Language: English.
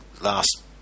last